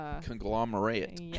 conglomerate